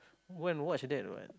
when to watch that what